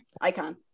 Icon